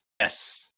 Yes